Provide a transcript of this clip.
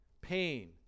pain